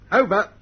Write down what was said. over